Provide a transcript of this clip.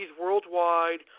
worldwide